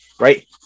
Right